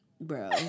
Bro